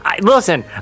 Listen